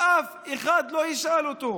שאף אחד לא ישאל אותו,